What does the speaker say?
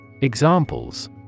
Examples